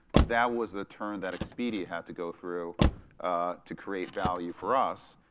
that was the term that expedia had to go through to create value for us.